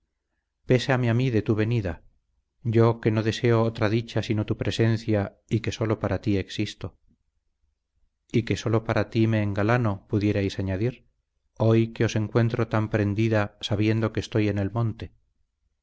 pesarme a mí de tu venida yo que no deseo otra dicha sino tu presencia y que sólo para ti existo y que sólo para ti me engalano pudierais añadir hoy que os encuentro tan prendida sabiendo que estoy en el monte